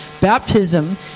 Baptism